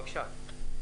אבי, בבקשה.